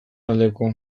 aldeko